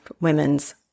women's